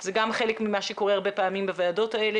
זה גם חלק ממה שקורה הרבה פעמים בוועדות האלה,